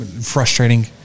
frustrating